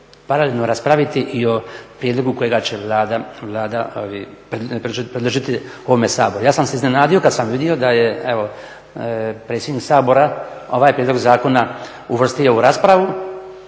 paralelno raspraviti i o prijedlogu kojega će Vlada predložiti u ovom Saboru. Ja sam se iznenadio kad sam vidio da je predsjednik Sabora ovaj prijedlog zakona uvrstio u raspravu